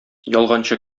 ялганчы